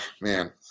man